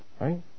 Right